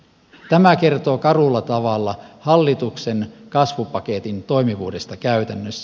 tämä kertoo karulla tavalla hallituksen kasvupaketin toimivuudesta käytännössä